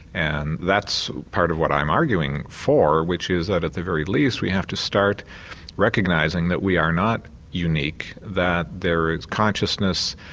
and that's part of what i'm arguing for, which is at at the very least we have to start recognising that we are not unique, that there is consciousness,